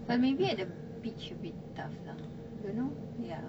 but maybe at the beach a bit tough lah don't know ya